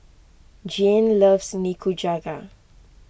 Jeanne loves Nikujaga